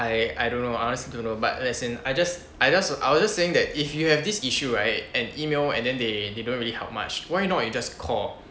I I don't know I honestly don't know but as in I just I just I was just saying that if you have this issue right and email and then they they don't really help much why not you just call